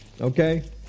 Okay